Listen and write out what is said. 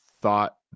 thought